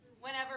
whenever